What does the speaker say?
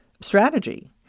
strategy